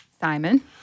Simon